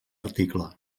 article